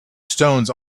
stones